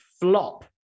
flop